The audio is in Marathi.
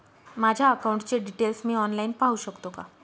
माझ्या अकाउंटचे डिटेल्स मी ऑनलाईन पाहू शकतो का?